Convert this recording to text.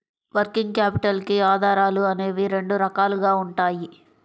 working capital కి ఆధారాలు అనేవి రెండు రకాలుగా ఉంటాయి